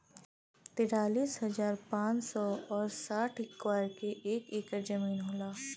तिरालिस हजार पांच सौ और साठ इस्क्वायर के एक ऐकर जमीन होला